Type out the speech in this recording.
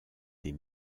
des